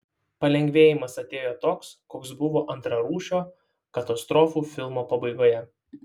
palengvėjimas atėjo toks koks būna antrarūšio katastrofų filmo pabaigoje